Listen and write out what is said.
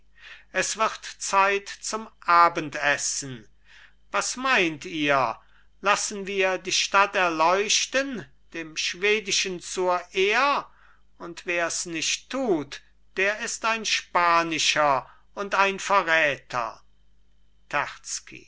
es wird zeit zum abendessen was meint ihr lassen wir die stadt erleuchten dem schwedischen zur ehr und wers nicht tut der ist ein spanischer und ein verräter